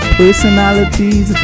personalities